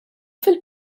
fil